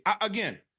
Again